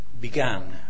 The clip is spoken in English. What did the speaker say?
began